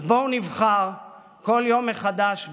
אז בואו נבחר כל יום מחדש בנו.